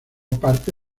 parte